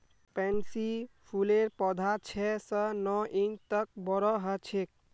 pansy फूलेर पौधा छह स नौ इंच तक बोरो ह छेक